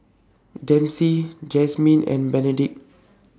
Dempsey Jazmin and Benedict